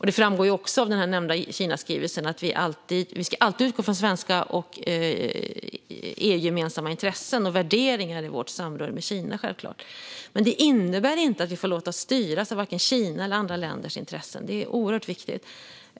Det framgår också av den nämnda Kinaskrivelsen att vi självklart alltid ska utgå från svenska och EU-gemensamma intressen och värderingar i vårt samröre med Kina, men det innebär inte att vi får låta oss styras av Kina eller andra länders intressen. Detta är oerhört viktigt.